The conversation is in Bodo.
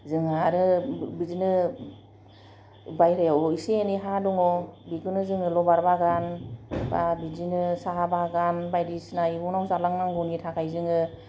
जोङो आरो बिदिनो बाहेराव इसे एनै हा दङ बेखौनो जोङो रब'र बागान एबा बिदिनो साहा बागान बायदिसिना इयुनाव जालांनांगौनि थाखाय जोङो